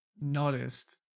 noticed